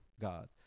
God